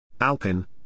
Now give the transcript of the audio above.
Alpin